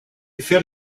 fell